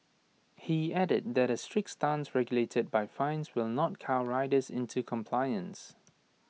he added that A strict stance regulated by fines will not cow riders into compliance